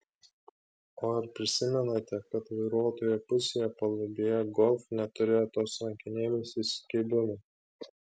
o ar prisimenate kad vairuotojo pusėje palubėje golf neturėjo tos rankenėles įsikibimui